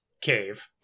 cave